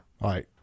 Right